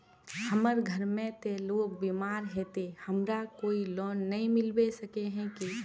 हमर घर में ते लोग बीमार है ते हमरा कोई लोन नय मिलबे सके है की?